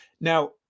Now